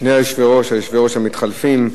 שני יושבי-הראש, יושבי-הראש המתחלפים,